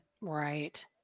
Right